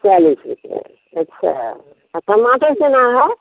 चालीस रुपया अच्छा और टमाटर कितना है